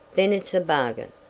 then it's a bargain.